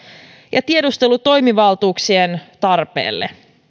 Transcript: ja tiedustelutoimivaltuuksien tarpeesta